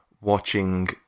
watching